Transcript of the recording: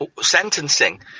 sentencing